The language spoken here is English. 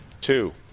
two